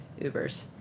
Ubers